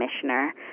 commissioner